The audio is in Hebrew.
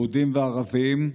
יהודים וערבים: